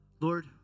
Lord